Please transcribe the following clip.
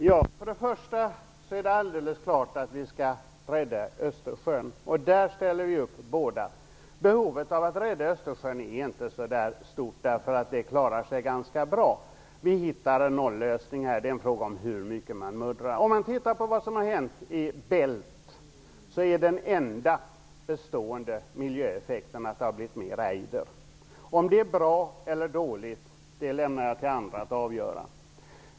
Herr talman! Först och främst är det helt klart att vi skall rädda Östersjön, och där ställer vi båda upp. Behovet av att rädda Östersjön är inte så stort, därför att det klarar vi ganska bra; vi hittar en nollösning här. Det är en fråga om hur mycket man muddrar. Om man tittar på vad som har hänt i Bält, är den enda bestående miljöeffekten att det har blivit mera ejder. Om det är bra eller dåligt lämnar jag till andra att avgöra.